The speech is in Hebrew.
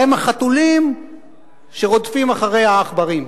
הם החתולים שרודפים אחרי העכברים.